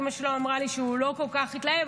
אימא שלו אמרה לי שהוא לא כל כך התלהב,